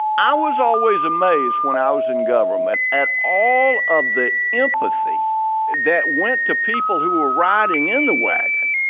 i was always amazed when i was in government at all of the empathy that went to people who were riding in the wagon